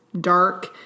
Dark